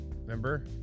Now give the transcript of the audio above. Remember